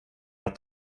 att